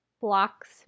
blocks